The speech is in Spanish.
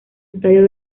estadio